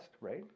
right